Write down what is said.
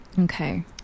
Okay